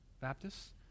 Baptists